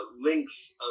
links